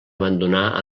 abandonar